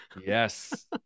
Yes